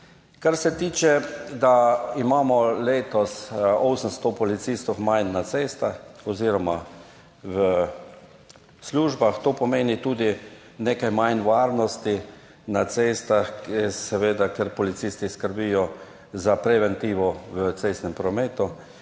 Kar se tiče, da imamo letos 800 policistov manj na cestah oziroma v službah, to pomeni tudi nekaj manj varnosti na cestah, seveda ker policisti skrbijo za preventivo v cestnem prometu,